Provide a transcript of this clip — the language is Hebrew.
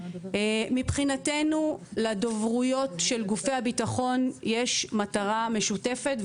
מבחינתנו לדוברויות של גופי הביטחון יש מטרה משותפת,